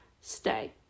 stay